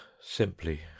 simply